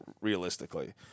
realistically